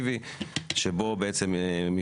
וההיגיון שגל אמר הוא נכון.